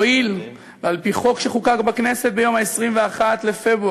הואיל ועל-פי חוק שחוקק בכנסת ביום 21 בפברואר